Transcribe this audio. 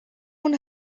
اون